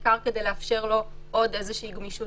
בעיקר כדי לאפשר לו עוד איזושהי גמישות